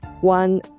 one